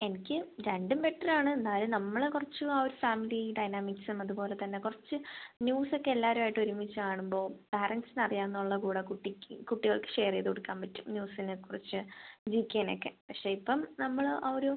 എനിക്ക് രണ്ടും ബെറ്ററാണ് എന്നാലും നമ്മൾ കുറച്ച് ആ ഒരു ഫാമിലി ഡൈനാമിക്സും അതുപോല തന്നെ കുറച്ച് ന്യൂസൊക്കെ എല്ലാവരുമായിട്ട് ഒരുമിച്ച് കാണുമ്പോൾ പാരൻ്റ്സിന് അറിയാവുന്നുള്ള കൂടെ കുട്ടിക്ക് കുട്ടികൾക്ക് ഷെയർ ചെയ്തു കൊടുക്കാൻ പറ്റും ന്യൂസിനെക്കുറിച്ച് ജി ക്കെനെയൊക്കെ പക്ഷേ ഇപ്പം നമ്മൾ ആ ഒരു